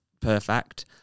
perfect